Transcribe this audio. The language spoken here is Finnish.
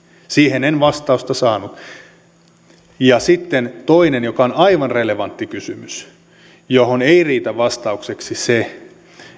siihen en vastausta saanut sitten toinen kysymys joka on aivan relevantti ja johon ei riitä vastaukseksi se